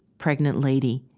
pregnant lady,